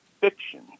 fiction